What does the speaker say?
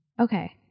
okay